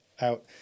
out